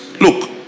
Look